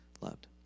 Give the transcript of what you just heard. loved